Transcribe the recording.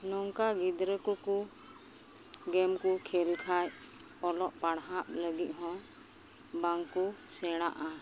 ᱱᱚᱝᱠᱟ ᱜᱤᱫᱽᱨᱟᱹ ᱠᱚᱠᱚ ᱜᱮᱢ ᱠᱚ ᱠᱷᱮᱞ ᱠᱷᱟᱡ ᱚᱞᱚᱜ ᱯᱟᱲᱦᱟᱜ ᱞᱟᱹᱜᱤᱫ ᱦᱚᱸ ᱵᱟᱝᱠᱚ ᱥᱮᱬᱟᱜᱼᱟ